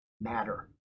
matter